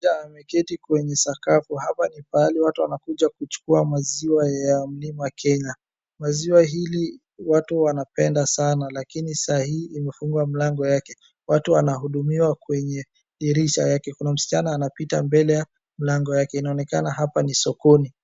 Mteja ameketi kwenye sakafu. Hapa ni pahali watu wanakuja kuchukua maziwa ya mlima Kenya. Maziwa hili watu wanapenda sana, lakini saa hii limefungwa mlango yake. Watu wanahudumiwa kwenye dirisha yake. Kuna msichana anapita mbele mlango yake. Inaonekana hapa ni sokoni.